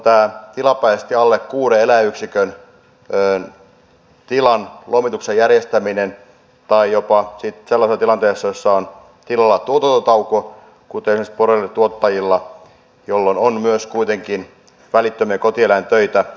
tämän tilapäisesti alle kuuden eläinyksikön tilan lomituksen järjestämisen tai jopa sitten sellaisen tilanteen jossa on tilalla tuotantotauko kuten esimerkiksi broilerintuottajilla jolloin on myös kuitenkin välittömiä kotieläintöitä tehtävä